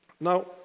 Now